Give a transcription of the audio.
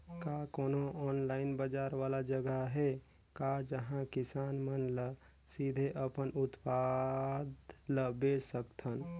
का कोनो ऑनलाइन बाजार वाला जगह हे का जहां किसान मन ल सीधे अपन उत्पाद ल बेच सकथन?